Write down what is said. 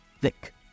thick